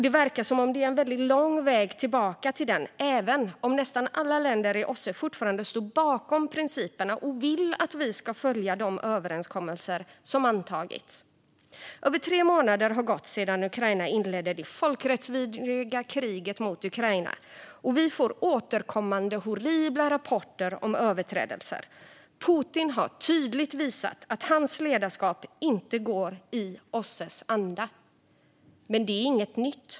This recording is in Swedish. Det verkar som om det är en väldigt lång väg tillbaka till den, även om nästan alla länder i OSSE fortfarande står bakom principerna och vill att vi ska följa de överenskommelser som antagits. Över tre månader har gått sedan Ryssland inledde det folkrättsvidriga kriget mot Ukraina. Vi får återkommande horribla rapporter om överträdelser. Putin har tydligt visat att hans ledarskap inte är i OSSE:s anda. Men det är inget nytt.